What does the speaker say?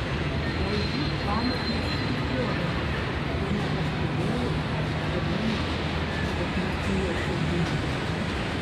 galbūt pamečiau šįryt jodamas ir nepastebėjau kad nėra kai nusijuosiau diržą